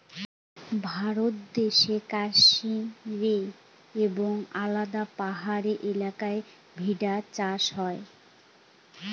ভারত দেশে কাশ্মীরে এবং আলাদা পাহাড়ি এলাকায় ভেড়া চাষ হয়